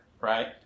right